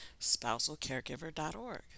spousalcaregiver.org